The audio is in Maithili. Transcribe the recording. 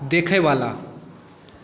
देखैवला